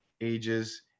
ages